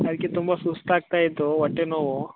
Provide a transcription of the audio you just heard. ಅದಕ್ಕೆ ತುಂಬ ಸುಸ್ತು ಆಗ್ತಾಯಿತ್ತು ಹೊಟ್ಟೆ ನೋವು